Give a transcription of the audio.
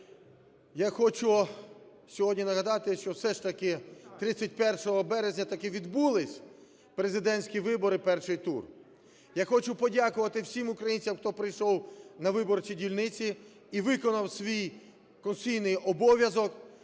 Я хочу сьогодні нагадати, що все ж таки 31 березня таки відбулися президентські вибори, перший тур! Я хочу подякувати всім українцям, хто прийшов на виборчі дільниці і виконав свій конституційний обов'язок.